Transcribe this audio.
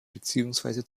beziehungsweise